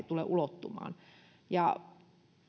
tule ulottumaan ja